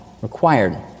required